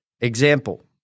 example